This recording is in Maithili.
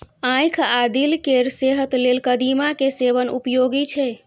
आंखि आ दिल केर सेहत लेल कदीमा के सेवन उपयोगी छै